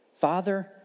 father